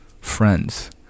friends